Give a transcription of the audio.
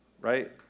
right